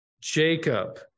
Jacob